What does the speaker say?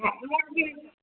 हा जी हा जी